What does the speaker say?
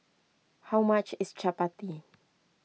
how much is Chappati